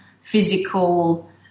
physical